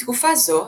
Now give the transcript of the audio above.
בתקופה זו,